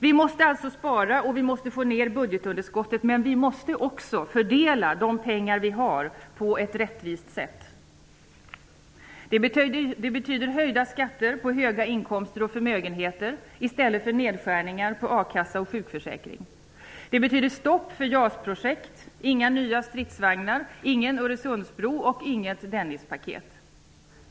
Vi måste alltså spara, och vi måste få ned budgetunderskottet. Men vi måste också fördela de pengar vi har på ett rättvist sätt. Det betyder höjda skatter på höga inkomster och förmögenheter i stället för nedskärningar i a-kassa och sjukförsäkring. Det betyder stopp för JAS-projekt, inga nya stridsvagnar, ingen öresundsbro och inget Dennispaket.